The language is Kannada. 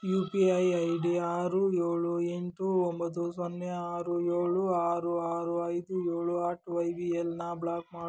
you P I I D ಆರು ಏಳು ಎಂಟು ಒಂಬತ್ತು ಸೊನ್ನೆ ಆರು ಏಳು ಆರು ಆರು ಐದು ಏಳು ಅಟ್ ವೈ ಬಿ ಎಲ್ನ ಬ್ಲಾಕ್ ಮಾಡು